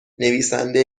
نویسنده